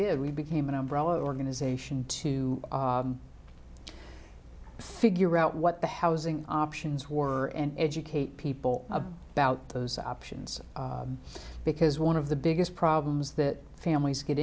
did we became an umbrella organization to figure out what the housing options were and educate people about those options because one of the biggest problems that families get